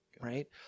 right